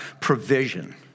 provision